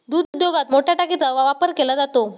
दूध उद्योगात मोठया टाकीचा वापर केला जातो